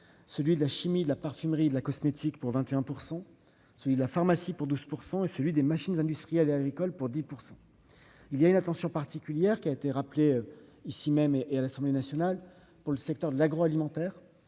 celui de la chimie, de la parfumerie et de la cosmétique, pour 21 %; celui de la pharmacie, pour 12 %; celui des machines industrielles et agricoles, pour 10 %. Nous portons une attention particulière, qui a été rappelée ici même et à l'Assemblée nationale, au secteur de l'agroalimentaire,